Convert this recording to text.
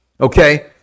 Okay